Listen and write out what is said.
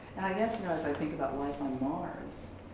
i guess you know as i think about life on mars,